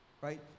Right